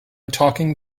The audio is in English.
talking